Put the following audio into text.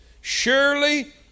Surely